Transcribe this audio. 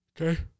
Okay